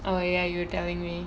oh ya you were telling me